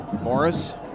Morris